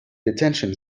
detention